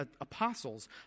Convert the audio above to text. apostles